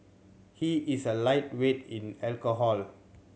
he is a lightweight in alcohol